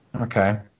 Okay